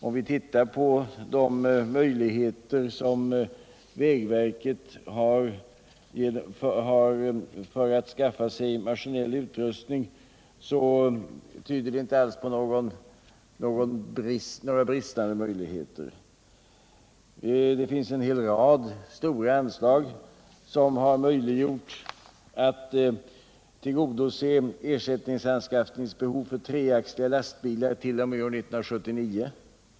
Om vi tittar på de möjligheter som vägverket har att skaffa sig verksamhetsommaskinell utrustning, så kommer vi inte att finna några brister i det råde hänseendet. Det finns en hel rad stora anslag som har möjliggjort tillgodoseendet av ersättningsanskaffningsbehov av 3-axlade lastbilar t.o.m. år 1979.